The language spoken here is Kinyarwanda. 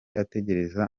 ategereza